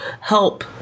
help